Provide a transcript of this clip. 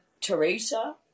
Teresa